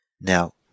Now